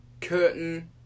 Curtain